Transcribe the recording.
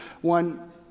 one